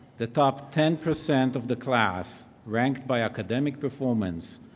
the top ten percent of the class, ranked by academic performance,